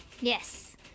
Yes